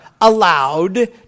allowed